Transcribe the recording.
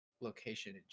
location